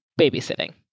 Babysitting